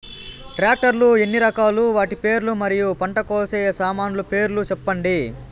Tractor లు ఎన్ని రకాలు? వాటి పేర్లు మరియు పంట కోసే సామాన్లు పేర్లను సెప్పండి?